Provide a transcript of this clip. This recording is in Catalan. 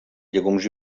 llegums